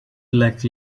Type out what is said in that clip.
like